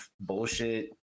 bullshit